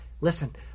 Listen